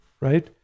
right